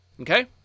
okay